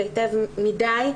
היטב מדי,